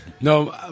No